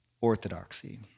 orthodoxy